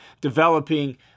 Developing